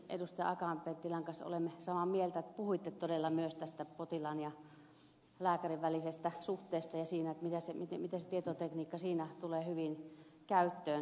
akaan penttilän kanssa olemme samaa mieltä että puhuitte todella myös tästä potilaan ja lääkärin välisestä suhteesta ja siitä miten se tietotekniikka siinä tulee hyvin käyttöön